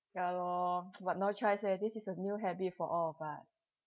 ya lor but no choice eh this is a new habit for all of us